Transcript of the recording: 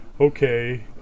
Okay